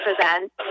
present